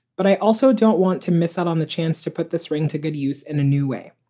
but i also don't want to miss out on the chance to put this ring to good use in a new way.